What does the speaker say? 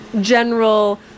general